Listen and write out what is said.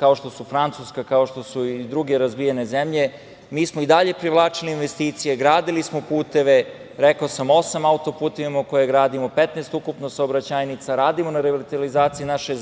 kao što su Francuska, kao što su i druge razvijene zemlje, mi smo i dalje privlačili investicije, gradili smo puteve, rekao sam, osam autoputeva ima koje gradimo, 15 ukupno saobraćajnica, radimo na revitalizaciji naše